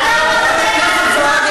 להפריע.